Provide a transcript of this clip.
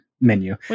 menu